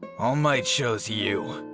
all might chose you.